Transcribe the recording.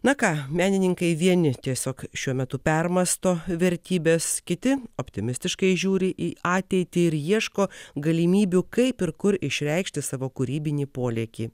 na ką menininkai vieni tiesiog šiuo metu permąsto vertybes kiti optimistiškai žiūri į ateitį ir ieško galimybių kaip ir kur išreikšti savo kūrybinį polėkį